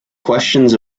questions